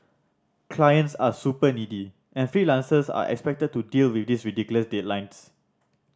clients are super needy and freelancers are expected to deal with ridiculous deadlines